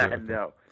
no